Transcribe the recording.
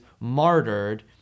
martyred